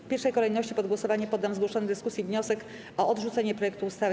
W pierwszej kolejności pod głosowanie poddam zgłoszony w dyskusji wniosek o odrzucenie projektu ustawy.